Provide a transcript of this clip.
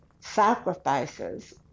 sacrifices